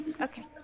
Okay